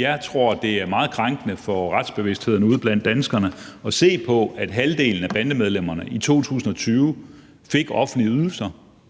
jeg tror, det er meget krænkende for retsbevidstheden ude blandt danskerne at se på, at halvdelen af bandemedlemmerne i 2020 fik offentlige ydelser,